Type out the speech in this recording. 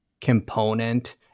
component